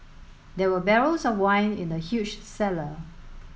there were barrels of wine in the huge cellar